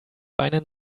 einen